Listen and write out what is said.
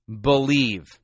Believe